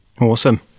Awesome